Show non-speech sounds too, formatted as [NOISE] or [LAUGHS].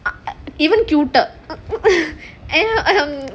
ah uh mm even cuter mm mm [LAUGHS] eh um